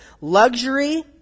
Luxury